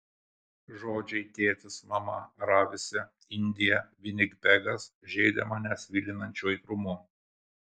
žodžiai tėtis mama ravisi indija vinipegas žeidė mane svilinančiu aitrumu